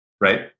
right